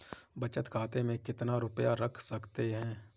बचत खाते में कितना रुपया रख सकते हैं?